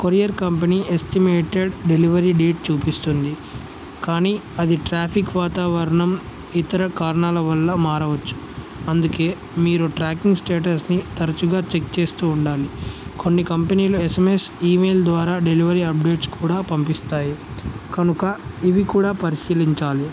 courier company estimated delivery date చూపిస్తుంది కానీ అది ట్రాఫిక్ వాతావరణం ఇతర కారణాల వల్ల మారవచ్చు అందుకే మీరు ట్రాకింగ్ స్టేటస్ని తరచుగా చెక్ చేస్తూ ఉండాలి కొన్ని కంపెనీలో ఎస్ఎంఎస్ ఈమెయిల్ ద్వారా డెలివరీ అప్డేట్స్ కూడా పంపిస్తాయి కనుక ఇవి కూడా పరిశీలించాలి